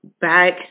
back